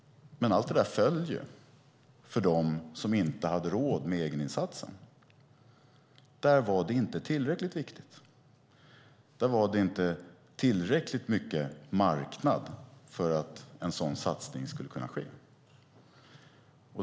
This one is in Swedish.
Men allt det föll för dem som inte hade råd med egeninsatsen. Där var det inte tillräckligt viktigt. Där var det inte tillräckligt mycket marknad för att en sådan satsning skulle kunna ske.